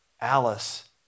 Alice